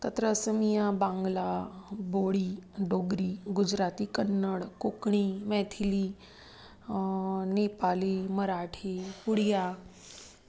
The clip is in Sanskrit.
तत्र असमिया बाङ्गला बोडी डोग्रि गुजराति कन्नड् कोक्णी मेथिलि नेपाली मराठी उडिया